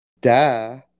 Duh